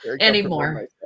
anymore